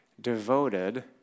devoted